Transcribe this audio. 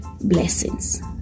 blessings